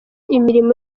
imirimo